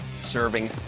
serving